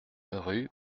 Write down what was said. rue